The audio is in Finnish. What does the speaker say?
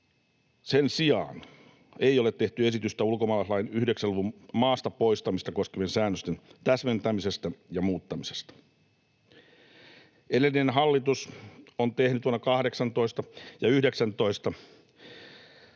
sen sijaan ei ole tehty esitystä ulkomaalaislain 9 luvun maasta poistamista koskevien säännösten täsmentämisestä ja muuttamisesta. Edellinen hallitus on tehnyt vuosina 18 ja 19